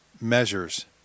measures